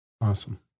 Awesome